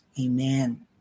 Amen